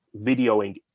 videoing